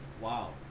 Wow